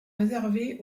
réservé